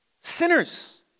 sinners